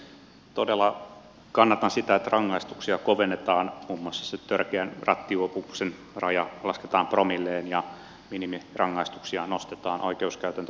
todella kannatan sitä että rangaistuksia kovennetaan ja muun muassa se törkeän rattijuopumuksen raja lasketaan promilleen minimirangaistuksia nostetaan oikeuskäytäntö tiukkenee